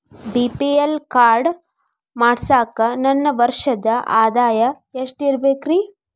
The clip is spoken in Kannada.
ಬಿ.ಪಿ.ಎಲ್ ಕಾರ್ಡ್ ಮಾಡ್ಸಾಕ ನನ್ನ ವರ್ಷದ್ ಆದಾಯ ಎಷ್ಟ ಇರಬೇಕ್ರಿ?